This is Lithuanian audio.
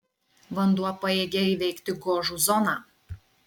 vanduo pajėgia įveikti gožų zoną